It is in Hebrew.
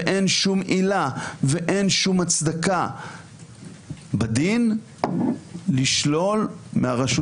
אין שום עילה ואין שום הצדקה בדין לשלול מהרשות